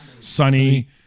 Sunny